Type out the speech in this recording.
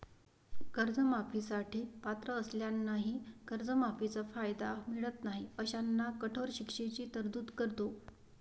कर्जमाफी साठी पात्र असलेल्यांनाही कर्जमाफीचा कायदा मिळत नाही अशांना कठोर शिक्षेची तरतूद करतो